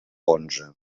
onze